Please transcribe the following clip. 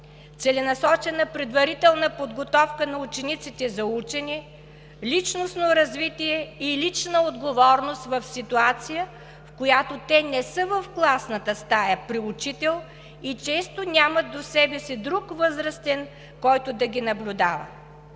целенасочена предварителна подготовка на учениците за учене; личностно развитие и лична отговорност в ситуация, в която те не са в класната стая при учител и често нямат до себе си друг възрастен, който да ги наблюдава;